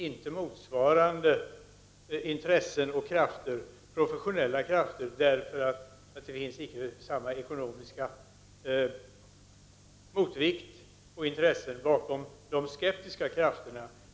Mot detta står inte motsvarande professionella krafter, eftersom de som är skeptiska mot kärnkraften inte har samma ekonomiska resurser.